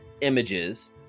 images